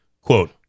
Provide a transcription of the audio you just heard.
quote